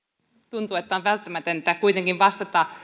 tuntuu että on välttämätöntä kuitenkin vastata